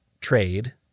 trade